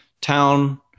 town